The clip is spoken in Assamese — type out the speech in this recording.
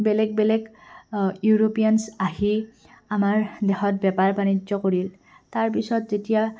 বেলেগ বেলেগ ইউৰোপিয়ানছ আহি আমাৰ দেখত বেপাৰ বাণিজ্য কৰি তাৰপিছত যেতিয়া